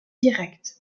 direct